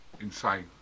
Insane